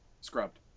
Scrubbed